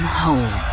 home